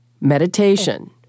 Meditation